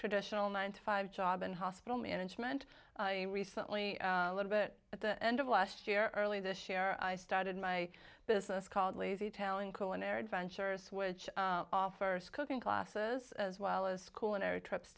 traditional nine to five job and hospital management recently a little bit at the end of last year early this year i started my business called lazy talent cohen air adventures which offers cooking classes as well as school and our trips